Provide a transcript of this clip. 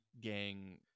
gang